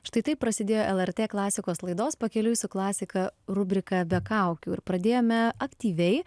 štai taip prasidėjo lrt klasikos laidos pakeliui su klasika rubrika be kaukių ir pradėjome aktyviai